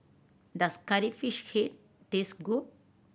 does Curry Fish Head taste good